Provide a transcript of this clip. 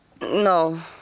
No